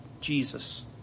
Jesus